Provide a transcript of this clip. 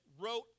wrote